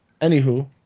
Anywho